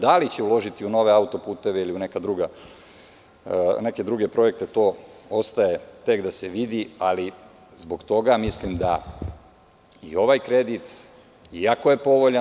Da li će uložiti u nove autoputeve ili u neke druge projekte, to ostaje tek da se vidi, ali zbog toga mislim da je i ovaj kredit, iako je povoljan…